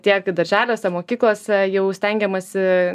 tiek darželiuose mokyklose jau stengiamasi